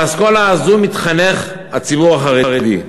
באסכולה הזו מתחנך הציבור החרדי.